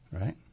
Right